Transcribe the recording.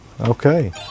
Okay